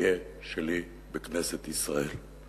מדכא שלי בכנסת ישראל,